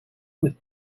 with